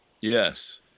Yes